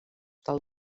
del